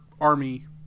Army